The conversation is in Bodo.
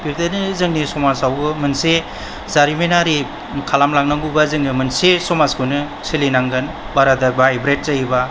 बिदिनो जोंनि समाजावबो मोनसे जारिमिनारि खालाम लांनांगौबा जोङो मोनसे समाजखौनो सोलिनांगोन बाराद्राय वाइब्रेन्ट जायो बा